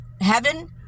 heaven